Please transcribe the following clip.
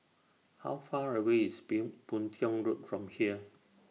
How Far away IS Boon Tiong Road from here